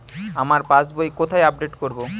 আমার পাস বই কোথায় আপডেট করব?